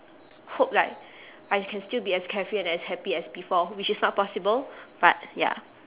hope like I can still be as carefree and as happy as before which is not possible but ya